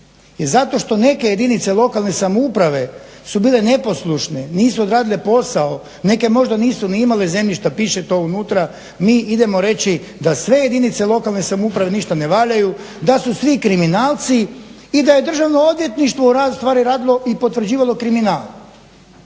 zato što neke jedinice lokalne samouprave su bile neposlušne, nisu odradile posao, neke možda nisu ni imale zemljišta, piše to unutra, mi idemo reći da sve jedinice lokalne samouprave ništa ne valjaju, da su svi kriminalci i da je državno odvjetništvo ustvari radilo i potvrđivalo kriminal.